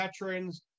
veterans